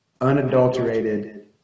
unadulterated